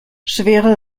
schwere